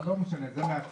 אבל לא משנה, זה מהצד.